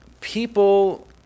people